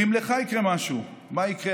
ואם לך יקרה משהו, מה יקרה.